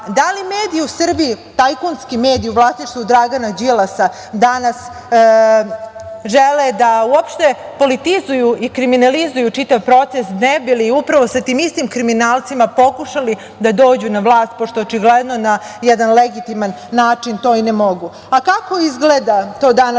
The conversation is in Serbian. li mediji u Srbiji, tajkunski mediji u vlasništvu Dragana Đilasa, danas žele da uopšte politizuju i kriminalizuju čitav proces ne bi li upravo sa tim istim kriminalcima pokušali da dođu na vlast, pošto na jedan legitiman način to ne mogu? Kako izgleda danas